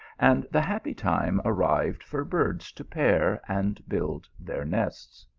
and the happy time arrived for birds to pair and build their nests.